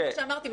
וכמו שאמרתי,